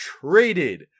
traded